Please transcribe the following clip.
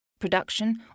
Production